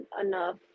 enough